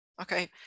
Okay